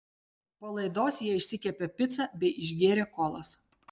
po laidos jie išsikepė picą bei išgėrė kolos